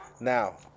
Now